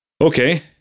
Okay